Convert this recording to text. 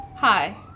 Hi